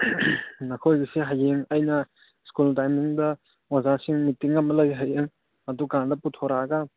ꯅꯈꯣꯏꯒꯤꯁꯤ ꯍꯌꯦꯡ ꯑꯩꯅ ꯁ꯭ꯀꯨꯜ ꯇꯥꯏꯃꯤꯡꯗ ꯑꯣꯖꯥꯁꯤꯡ ꯃꯤꯇꯤꯡ ꯑꯃ ꯂꯩ ꯍꯌꯦꯡ ꯑꯗꯨꯀꯥꯟꯗ ꯄꯨꯊꯣꯔꯛꯑꯒ